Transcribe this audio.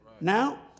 Now